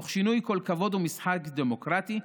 תוך שינוי כל כבוד ומשחק דמוקרטי,